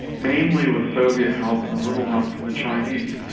mainly with soviet help and a little help from the chinese.